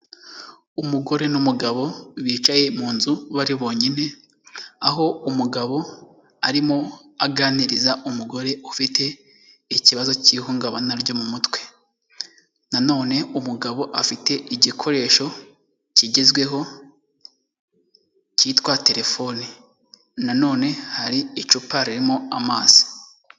Umugore n'umugabo bicaye mu nzu bari bonyine, aho umugabo arimo aganiriza umugore ufite ikibazo cy'ihungabana ryo mu mutwe. Na none umugabo afite igikoresho kigezweho cyitwa telefone. Na none hari icupa ririmo amazi.